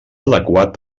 adequat